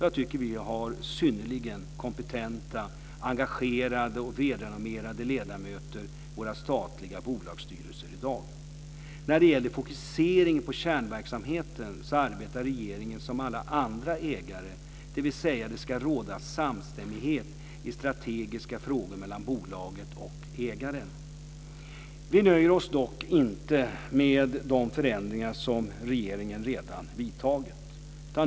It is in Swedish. Jag tycker vi har synnerligen kompetenta, engagerade och välrenommerade ledamöter i våra statliga bolagsstyrelser i dag. När det gäller fokuseringen på kärnverksamheten arbetar regeringen som alla andra ägare, dvs. det ska råda samstämmighet i strategiska frågor mellan bolaget och ägaren. Vi nöjer oss dock inte med de förändringar som regeringen redan vidtagit.